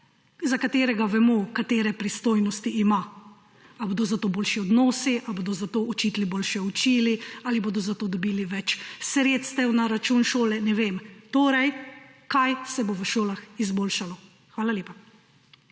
za katerega vemo, katere pristojnosti ima? Ali bodo zato boljši odnosi, ali bodo zato učitelji boljše učili, ali bodo za to dobili več sredstev na račun šole? Ne vem. Torej kaj se bo v šolah izboljšalo? Hvala lepa.